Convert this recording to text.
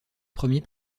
premiers